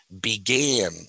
began